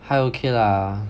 还 okay lah